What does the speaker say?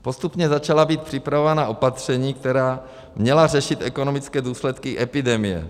Postupně začala být připravována opatření, která měla řešit ekonomické důsledky epidemie.